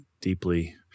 deeply